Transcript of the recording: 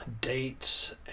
Dates